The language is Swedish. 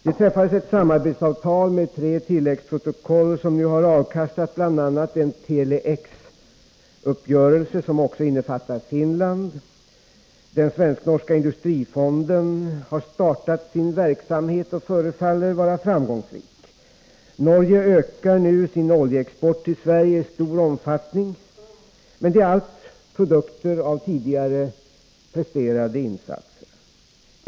Det träffades ett samarbetsavtal med tre tilläggsprotokoll som nu har avkastat bl.a. en Tele-X-uppgörelse, som också innefattar Finland. Den svensk-norska industrifonden har startat sin verksamhet och förefaller vara framgångsrik. Norge ökar nu sin oljeexport till Sverige i stor omfattning. Det är allt produkter av tidigare presterade insatser.